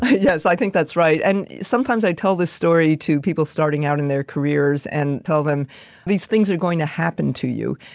yes, i think that's right. and sometimes i tell this story to people starting out in their careers and tell them these things are going to happen to you.